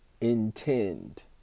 intend